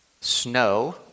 snow